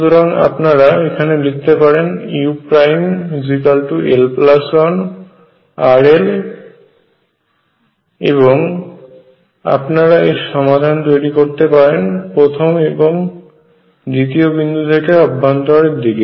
সুতরাং আপনারা এখানে লিখতে পারেন ul1rl এবং আপনারা এর সমাধান তৈরি করতে পারেন প্রথম এবং দ্বিতীয় বিন্দু থেকে অভ্যন্তরের দিকে